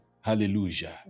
Hallelujah